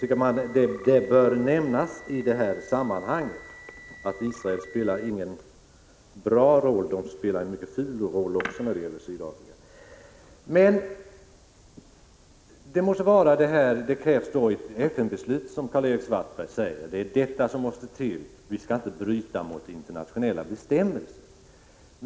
Det bör nämnas i det sammanhanget att Israel inte spelar någon bra roll, utan en mycket ful roll när det gäller Sydafrika. Karl-Erik Svartberg säger att det krävs ett FN-beslut, för vi skall inte bryta mot internationella bestämmelser.